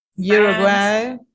Uruguay